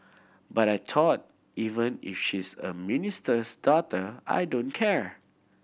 but I thought even if she's a minister's daughter I don't care